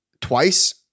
twice